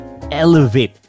elevate